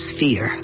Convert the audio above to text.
fear